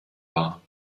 war